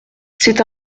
c’est